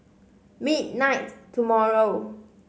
midnight tomorrow